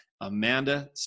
Amanda